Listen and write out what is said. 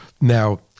Now